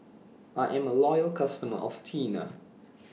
I'm A Loyal customer of Tena